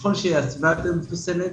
וככל שהסביבה יותר מחוסנת